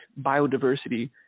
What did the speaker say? biodiversity